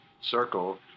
Circle